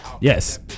Yes